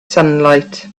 sunlight